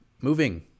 Moving